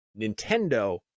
Nintendo